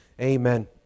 Amen